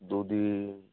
দু দিন